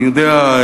אני יודע?